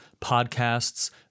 podcasts